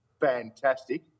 fantastic